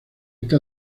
este